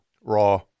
raw